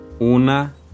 una